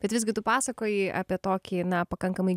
bet visgi tu pasakojai apie tokį na pakankamai